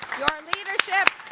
your leadership.